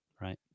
right